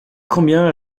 combien